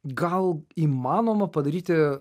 gal įmanoma padaryti